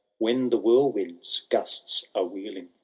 when the whirlwind's gusts are wheeling,